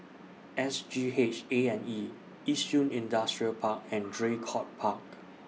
S G H A and E Yishun Industrial Park and Draycott Park